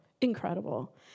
incredible